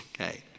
okay